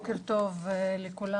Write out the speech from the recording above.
לכולם.